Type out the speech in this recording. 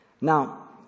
Now